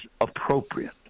appropriate